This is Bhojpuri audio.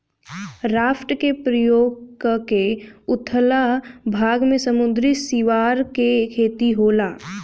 राफ्ट के प्रयोग क के उथला भाग में समुंद्री सिवार के खेती होला